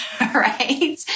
right